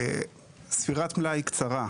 ספירת מלאי קצרה: